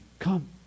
come